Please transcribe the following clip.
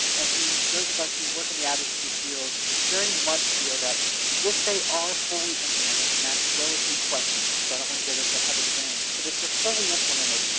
and those of us who work in the advocacy field very much feel that if they are fully implemented and that's still a huge question, so i don't want to get us ahead of the game but if they're fully implemented,